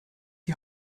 die